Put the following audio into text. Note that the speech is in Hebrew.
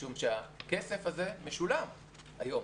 משום שהכסף הזה משולם היום,